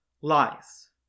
Lies